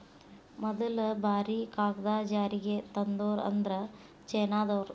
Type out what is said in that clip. ಮದಲ ಬಾರಿ ಕಾಗದಾ ಜಾರಿಗೆ ತಂದೋರ ಅಂದ್ರ ಚೇನಾದಾರ